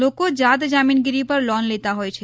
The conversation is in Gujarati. લોકો જાત જામીનગીરી પર લોન લેતા હોય છે